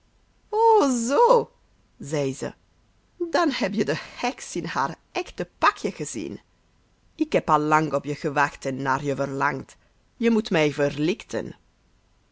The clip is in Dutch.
zoo zei ze dan heb je de heks in haar echte pakje gezien ik heb al lang op je gewacht en naar je verlangd je moet mij verlichten